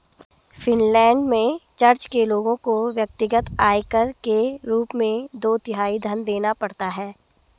Finland में church के लोगों को व्यक्तिगत आयकर के रूप में दो तिहाई धन देना पड़ता है